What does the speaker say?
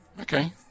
Okay